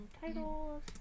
titles